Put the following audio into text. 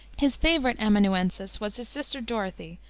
his favorite amanuensis was his sister dorothy,